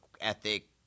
ethic